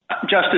Justice